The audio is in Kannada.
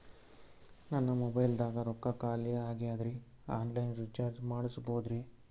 ನನ್ನ ಮೊಬೈಲದಾಗ ರೊಕ್ಕ ಖಾಲಿ ಆಗ್ಯದ್ರಿ ಆನ್ ಲೈನ್ ರೀಚಾರ್ಜ್ ಮಾಡಸ್ಬೋದ್ರಿ?